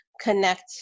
connect